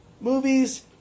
movies